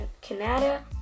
Canada